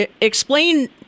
Explain